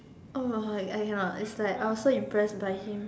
oh my god I cannot is like I was so impressed by him